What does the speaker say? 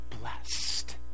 blessed